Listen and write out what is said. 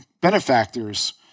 benefactors